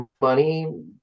money